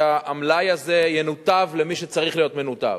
שהמלאי הזה ינותב למי שהוא צריך להיות מנותב.